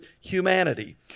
humanity